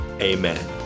amen